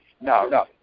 No